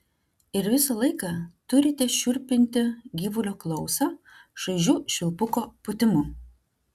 ir visą laiką turite šiurpinti gyvulio klausą šaižiu švilpuko pūtimu